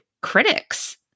critics